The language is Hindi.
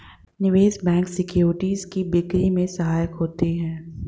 निवेश बैंक सिक्योरिटीज़ की बिक्री में भी सहायक होते हैं